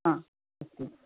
हा अस्तु